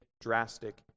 drastic